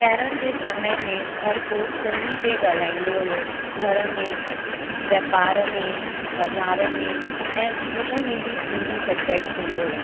पहिरियां जे समय में हर कोई सिंधीअ में ॻाल्हाईंदो हुओ घर में वापार में बज़ारि में ऐं स्कूल में बि सिंधी सब्जैक्ट हूंदो हुओ